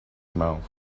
mouth